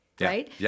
right